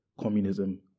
communism